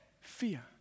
Fear